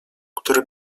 który